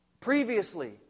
previously